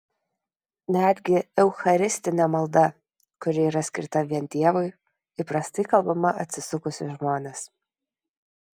netgi eucharistinė malda kuri yra skirta vien dievui įprastai kalbama atsisukus į žmones